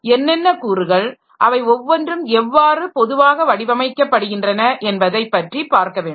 என்னென்ன கூறுகள் அவை ஒவ்வொன்றும் எவ்வாறு பொதுவாக வடிவமைக்கப்படுகின்றன என்பதை பற்றி பார்க்க வேண்டும்